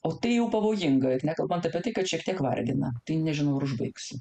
o tai jau pavojinga ir nekalbant apie tai kad šiek tiek vargina tai nežinau ar užbaigsiu